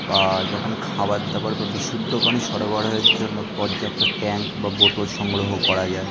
বা যখন খাবার দাবার বা বিশুদ্ধ পানি সরবরাহের জন্য পর্যাপ্ত ট্যাঙ্ক বা বোতল সংগ্রহ করা যায়